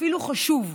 אפילו חשוב,